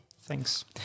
Thanks